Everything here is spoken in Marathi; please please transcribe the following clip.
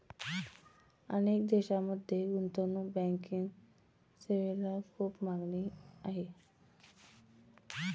अनेक देशांमध्ये गुंतवणूक बँकिंग सेवेला खूप मागणी आहे